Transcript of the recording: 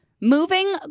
moving